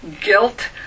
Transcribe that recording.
guilt